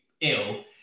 ill